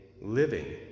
living